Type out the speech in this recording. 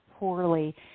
Poorly